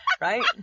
Right